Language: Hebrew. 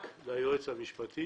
רק ליועץ המשפטי